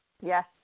Yes